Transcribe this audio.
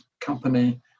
company